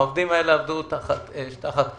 העובדים האלה עבדו תחת אש, תחת קטיושות,